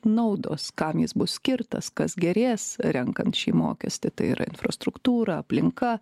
naudos kam jis bus skirtas kas gerės renkant šį mokestį tai yra infrastruktūra aplinka